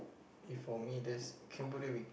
if for me there's Cambodia we